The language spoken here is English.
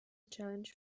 challenge